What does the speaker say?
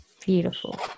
beautiful